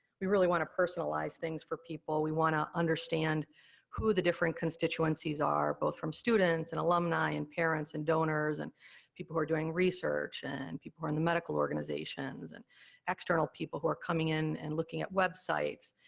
we really want to personalize things for people. we want to understand who the different constituencies are, both from students, and alumni, and parents, and donors, and people who are doing research, and people who are in the medical organizations, and external people who are coming in and looking at websites.